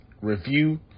review